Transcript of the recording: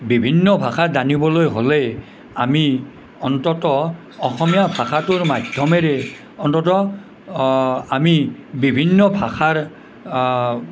বিভিন্ন ভাষা জানিবলৈ হ'লে আমি অন্তত অসমীয়া ভাষাটোৰ মাধ্যমেৰে অন্তত আমি বিভিন্ন ভাষাৰ